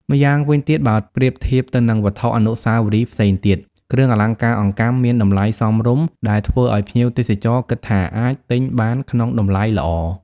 ម្យ៉ាងវិញទៀតបើប្រៀបធៀបទៅនឹងវត្ថុអនុស្សាវរីយ៍ផ្សេងទៀត គ្រឿងអលង្ការអង្កាំមានតម្លៃសមរម្យ ដែលធ្វើឲ្យភ្ញៀវទេសចរគិតថាអាចទិញបានក្នុងតម្លៃល្អ។